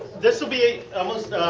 this will be almost